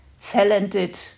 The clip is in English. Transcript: talented